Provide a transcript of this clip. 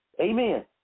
Amen